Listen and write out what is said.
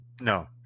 No